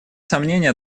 сомнения